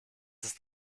ist